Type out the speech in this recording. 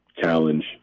challenge